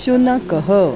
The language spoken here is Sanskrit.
शुनकः